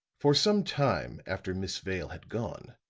for some time after miss vale had gone,